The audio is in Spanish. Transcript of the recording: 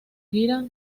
gira